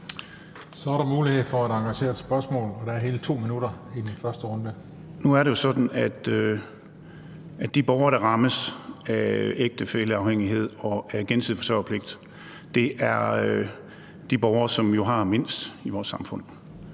Så er der mulighed for at stille et engageret spørgsmål, og der er hele 2 minutter i den første runde. Kl. 17:06 Torsten Gejl (ALT): Nu er det jo sådan, at de borgere, der rammes af ægtefælleafhængighed og gensidig forsørgerpligt, er de borgere, som har mindst i vores samfund.